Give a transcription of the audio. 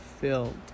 filled